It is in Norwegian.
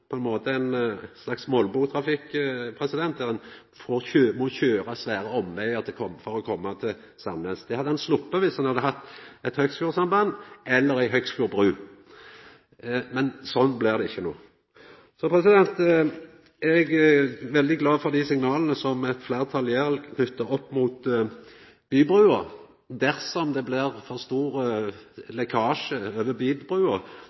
må ein sjå på moglege løysingar etter kvart, sånn at ein slepp å få ein slags molbotrafikk, der ein må køyra svære omvegar for å koma til Sandnes. Det hadde ein sloppe dersom ein hadde hatt eit Høgsfjord-samband eller ei Høgsfjord-bru. Men sånn blir det ikkje no. Eg er veldig glad for dei signala som eit fleirtal kjem med knytte til Bybrua. Dersom det blir for